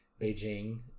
Beijing